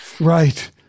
Right